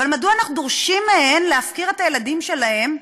ומדוע אנחנו דורשים מהן להפקיר את הילדים שלהן?